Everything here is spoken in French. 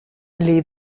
les